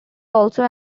also